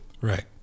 Right